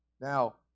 Now